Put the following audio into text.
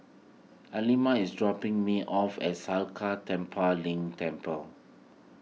Alima is dropping me off at Sakya Tenphel Ling Temple